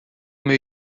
meu